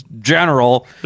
general